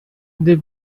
they